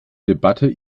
debatte